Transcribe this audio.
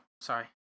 sorry